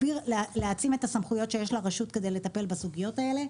להעצים את הסמכויות שיש לרשות כדי לטפל בסוגיות האלה.